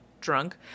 drunk